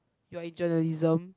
you are in journalism